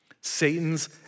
Satan's